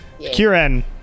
Kieran